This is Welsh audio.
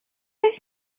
oedd